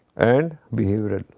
and behavioral.